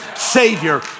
Savior